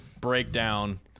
breakdown